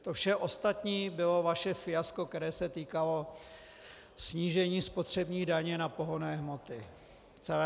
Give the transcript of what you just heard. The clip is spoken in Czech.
To vše ostatní bylo vaše fiasko, které se týkalo snížení spotřební daně na pohonné hmoty celé léto.